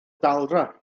daldra